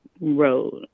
road